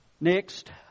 Next